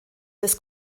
des